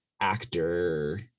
actor